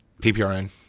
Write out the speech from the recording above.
PPRN